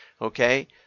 Okay